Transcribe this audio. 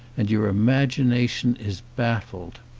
and your imagination is baffled.